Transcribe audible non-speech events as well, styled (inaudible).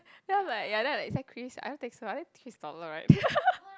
then I'm like ya like is that Chris I don't think so I think Chris taller right (laughs)